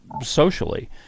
socially